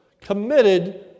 committed